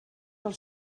del